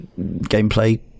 gameplay